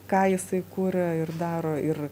ką jisai kuria ir daro ir